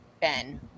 Ben